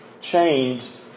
changed